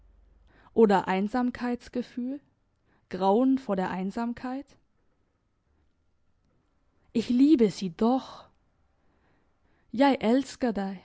oder einsamkeitsgefühl grauen vor der einsamkeit ich liebe sie doch